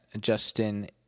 justin